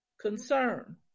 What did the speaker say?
concern